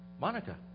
Monica